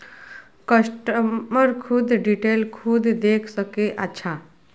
customer खुद detail खुद देख सके अच्छा